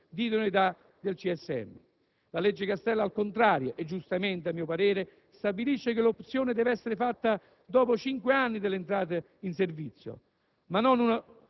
Le nuove proposte di merito, che Mastella avanza in tema di separazione delle funzioni tra magistrati requirenti e magistrati giudicanti, stabiliscono che chi vorrà cambiare dall'una all'altra parte